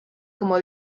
como